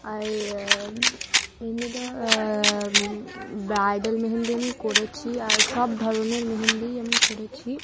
আর মেহেন্দিটা ব্রাইডাল মেহেন্দি আমি করেছি আর সব ধরনের মেহেন্দি আমি করেছি